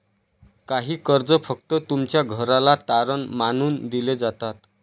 काही कर्ज फक्त तुमच्या घराला तारण मानून दिले जातात